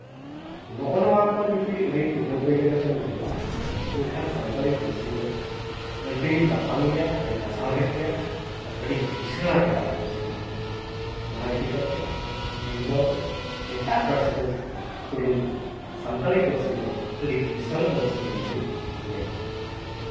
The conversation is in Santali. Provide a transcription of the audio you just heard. ᱱᱚᱜᱼᱚ ᱱᱚᱣᱟ ᱠᱚ ᱡᱩᱫᱤ ᱟᱹᱰᱤ ᱛᱩᱞᱟᱹ ᱯᱟᱹᱭᱞᱟᱹ ᱠᱟᱛᱮᱢ ᱧᱮᱞᱟ ᱢᱮᱱᱠᱷᱟᱱ ᱥᱟᱱᱛᱟᱲᱤ ᱯᱟᱹᱨᱥᱤ ᱫᱚ ᱟᱹᱰᱤ ᱞᱟᱯᱷᱟᱝ ᱜᱮᱭᱟ ᱟᱹᱰᱤ ᱞᱟᱥᱟᱲᱦᱮᱫ ᱜᱮᱭᱟ ᱟᱨ ᱟᱹᱰᱤ ᱠᱤᱥᱟᱹᱲᱟ ᱮᱴᱟᱜ ᱯᱟᱹᱨᱥᱤ ᱠᱷᱚᱱᱟᱜ ᱫᱚ ᱚᱱᱟ ᱤᱫᱤ ᱠᱟᱛᱮᱫ ᱤᱧᱫᱚ ᱮᱴᱟᱜ ᱯᱟᱹᱨᱥᱤ ᱠᱚ ᱛᱩᱞᱩᱪ ᱥᱟᱱᱛᱟᱲᱤ ᱯᱟᱹᱨᱥᱤ ᱫᱚ ᱟᱹᱰᱤ ᱠᱤᱥᱟᱹᱲ ᱯᱟᱹᱨᱥᱤ ᱢᱮᱱ ᱛᱤᱧ ᱢᱮᱱᱟ